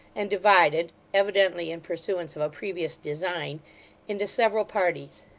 and divided evidently in pursuance of a previous design into several parties.